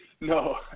No